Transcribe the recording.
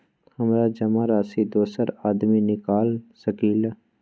हमरा जमा राशि दोसर आदमी निकाल सकील?